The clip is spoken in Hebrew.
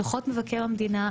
דוחות מבקר המדינה,